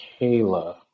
Kayla